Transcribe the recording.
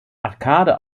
arcade